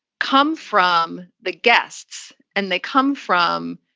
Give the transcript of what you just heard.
come from the guests and they come from,